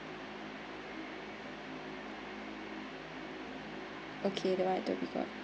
okay the [one] at the bedok